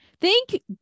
Thank